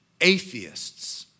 atheists